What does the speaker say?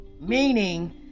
Meaning